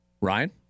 Ryan